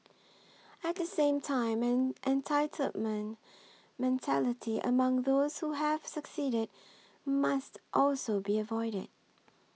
at the same time an entitlement mentality among those who have succeeded must also be avoided